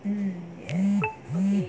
mm then mm